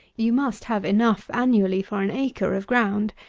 you must have enough annually for an acre of ground.